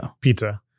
pizza